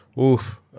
Oof